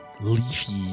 leafy